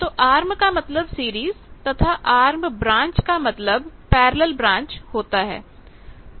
तो आर्म का मतलब सीरीज तथा आर्म ब्रांच का मतलब पैरेलल ब्रांच होता है